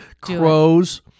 Crows